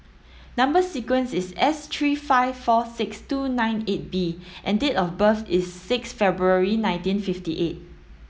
number sequence is S three five four six two nine eight B and date of birth is six February nineteen fifty eight